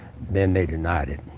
then they denied it.